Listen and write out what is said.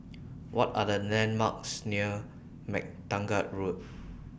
What Are The landmarks near MacTaggart Road